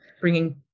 bringing